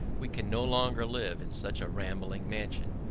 we can no longer live in such a rambling mansion.